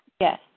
Yes